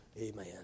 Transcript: amen